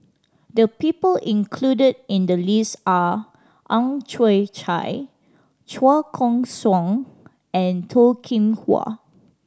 the people included in the list are Ang Chwee Chai Chua Koon Siong and Toh Kim Hwa